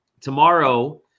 tomorrow